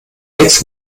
sechs